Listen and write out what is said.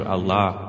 Allah